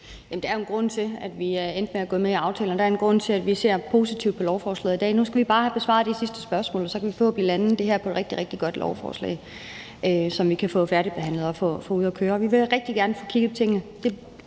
en grund til, at vi er endt med at gå med i aftalen, og der er en grund til, at vi ser positivt på lovforslaget i dag. Nu skal vi bare have besvaret de sidste spørgsmål, og så kan vi forhåbentlig lande det her med et rigtig, rigtig godt lovforslag, som vi kan få færdigbehandlet og få op at køre. Vi vil rigtig gerne kigge på tingene.